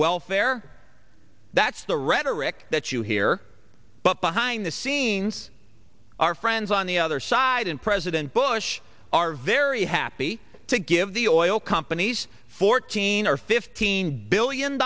welfare that's the rhetoric that you hear but behind the scenes our friends on the other side and president bush are very happy to give the oil companies fourteen or fifteen billion